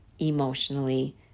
emotionally